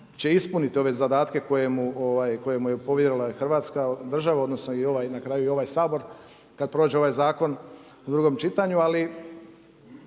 ono ispuniti ove zadatke koje mu je povjerila Hrvatska država odnosno na kraju i ovaj Sabor kada prođe ovaj zakon u drugom čitanju. Ali